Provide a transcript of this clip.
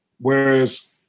whereas